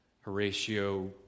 Horatio